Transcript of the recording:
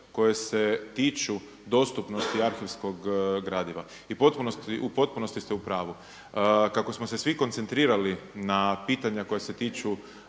koje se tiču dostupnosti arhivskog gradiva. I u potpunosti ste u pravu. Kako smo se svi koncentrirali na pitanja koja se tiču